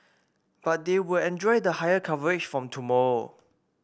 but they will enjoy the higher coverage from tomorrow